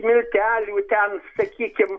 miltelių ten sakykim